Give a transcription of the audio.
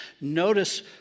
Notice